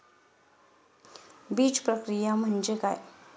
बीजप्रक्रिया म्हणजे काय?